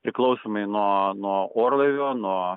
priklausomai nuo nuo orlaivio nuo